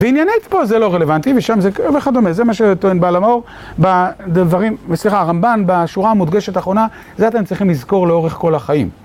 בעניינית פה זה לא רלוונטי, ושם זה כאילו וכדומה, זה מה שטוען בעל המור בדברים, סליחה, הרמבן בשורה המודגשת האחרונה, זה אתם צריכים לזכור לאורך כל החיים.